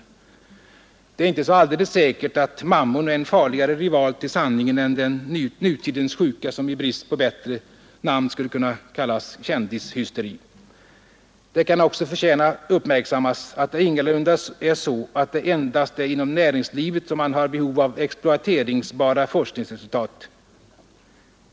Och det är inte så alldeles säkert att Mammon är en farligare rival till sanningen än den nutidens sjuka, som i brist på bättre namn skulle kunna benämnas för kändishysteri. Det kan också förtjäna uppmärksammas att det ingalunda är så, att det endast är inom näringslivet som man har behov av ex ploateringsbara forskningsresultat.